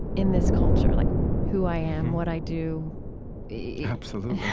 in this culture like who i am, what i do yeah absolutely. yeah